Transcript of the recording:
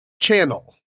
channel